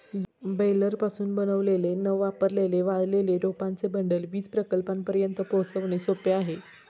बेलरपासून बनवलेले न वापरलेले वाळलेले रोपांचे बंडल वीज प्रकल्पांपर्यंत पोहोचवणे सोपे आहे